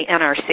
NRC